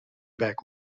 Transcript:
back